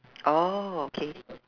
oh okay